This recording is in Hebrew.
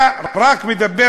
אתה רק מדבר